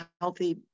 healthy